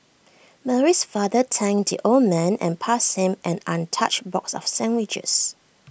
Mary's father thanked the old man and passed him an untouched box of sandwiches